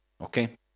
Okay